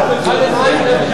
סעיף 13,